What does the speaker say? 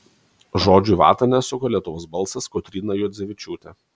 žodžių į vatą nesuka lietuvos balsas kotryna juodzevičiūtė